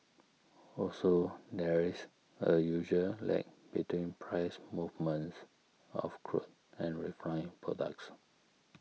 also there is a usual lag between price movements of crude and refined products